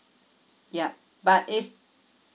ya but it's